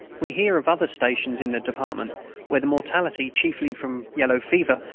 we hear of other stations in the department where the mortality, chiefly from yellow fever,